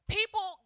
People